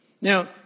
Now